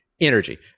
Energy